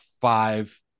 five